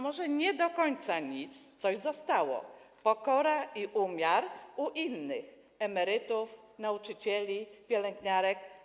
Może nie do końca nic, coś zostało: pokora i umiar u innych - emerytów, nauczycieli, pielęgniarek.